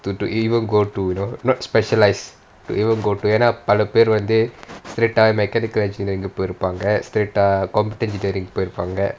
to to even go to not specialise to even go to என்ன:enna bala பெரு வந்து:peru vanthu straight eh mechanical engineering போய் இருப்பாங்க:poyi irupanga straight eh computer engineering போய் இருப்பாங்க :poyi irupanga